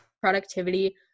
productivity